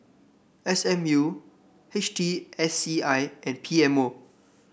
S M U H T S C I and P M O